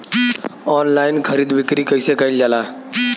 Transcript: Online खरीद बिक्री कइसे कइल जाला?